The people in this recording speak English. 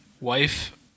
wife